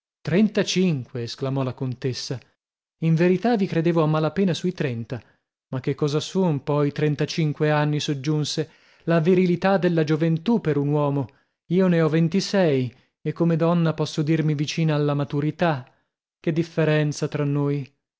trentacinque esclamò la contessa in verità vi credevo a mala pena sui trenta ma che cosa son poi trentacinque anni soggiunse la virilità della gioventù per un uomo io ne ho ventisei e come donna posso dirmi vicina alla maturità che differenza tra noi